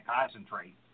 concentrate